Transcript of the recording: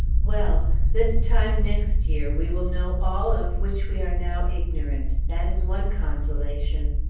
well! this time next year, we will know all of which we are now ignorant. that is one consolation!